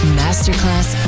masterclass